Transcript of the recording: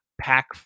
pack